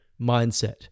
mindset